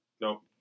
nope